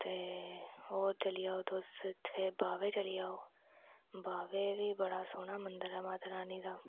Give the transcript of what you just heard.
ते होर चली जाओ तुस इत्थै बाह्वे चली जाओ बाह्वे बी बड़ा सोह्ना मंदर ऐ माता रानी दा